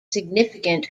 significant